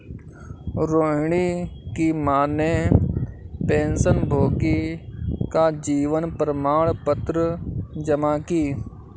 रोहिणी की माँ ने पेंशनभोगी का जीवन प्रमाण पत्र जमा की